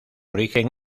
origen